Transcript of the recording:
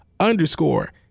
underscore